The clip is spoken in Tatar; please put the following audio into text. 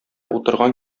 утырган